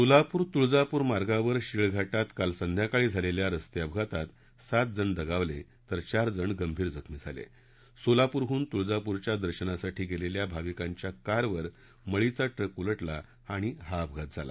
सोलापूर तुळजापूर मार्गावर शीळ घात्त काल संध्याकाळी झालेल्या रस्ते अपघातात सात जण दगावले तर चार जण गंभीर जखमी सोलापुरहुन तुळजापूरच्या दर्शनासाठी गेलेल्या भाविकांच्या कारवर मळीचा ट्रक उल मि़ आणि हा अपघात झाला